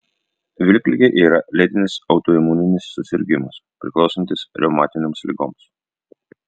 vilkligė yra lėtinis autoimuninis susirgimas priklausantis reumatinėms ligoms